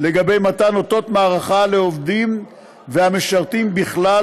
לגבי מתן אותות מערכה לעובדים והמשרתים בכלל